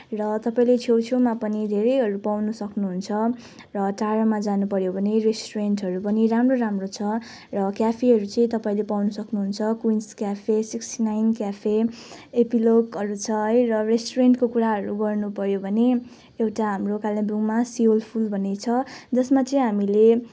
र तपाईँले छेउछेउमा पनि धेरैहरू पाउन सक्नुहुन्छ र टाढामा जानुपर्यो भने रेस्टुरेन्टहरू पनि राम्रो राम्रो छ र क्याफेहरू चाहिँ तपाईँले पाउन सक्नुहुन्छ Queens cafe sixty nine cafe एपिलोकहरू छ है र रेस्टुरेन्टको कुराहरू गर्नुपर्यो भने एउटा हाम्रो कालेबुङमा सोलफुल भन्ने छ जसमा चाहिँ हामीले